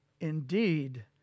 indeed